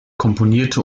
komponierte